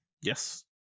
Yes